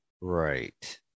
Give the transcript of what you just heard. right